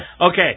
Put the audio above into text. Okay